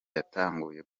yatanguye